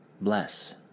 Bless